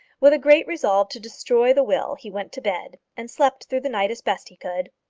with a great resolve to destroy the will he went to bed, and slept through the night as best he could.